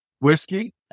Whiskey